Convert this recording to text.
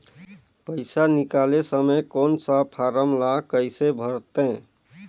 पइसा निकाले समय कौन सा फारम ला कइसे भरते?